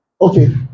Okay